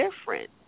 different